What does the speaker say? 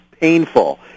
painful